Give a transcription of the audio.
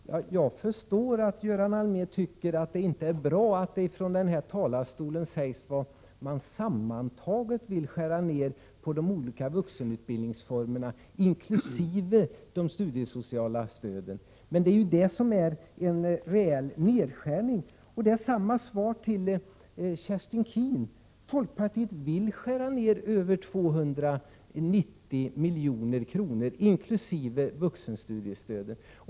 Herr talman! Jag förstår att Göran Allmér tycker att det inte är bra att det från denna talarstol sägs hur mycket ni sammantaget vill skära ner inom de olika vuxenutbildningsformerna, inkl. de studiesociala stöden. Men det är fråga om en reell nedskärning. Jag vill ge samma svar till Kerstin Keen. Folkpartiet vill skära ner med över 290 milj.kr., inkl. vuxenstudiestödet.